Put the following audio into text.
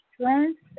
strength